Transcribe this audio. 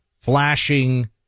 flashing